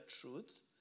truth